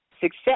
success